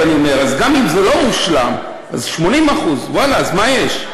אז גם אם זה לא מושלם, אז 80% ואללה, מה יש?